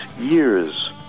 years